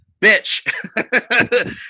bitch